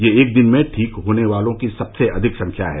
यह एक दिन में ठीक होने वालों की सबसे अधिक संख्या है